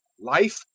life,